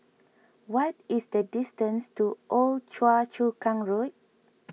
what is the distance to Old Choa Chu Kang Road